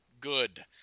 good